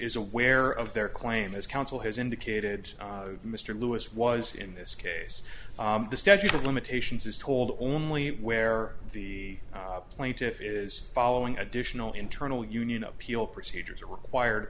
is aware of their claim as counsel has indicated mr lewis was in this case the statute of limitations is told only where the plaintiff is following additional internal union appeal procedures are required